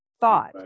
thought